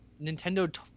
nintendo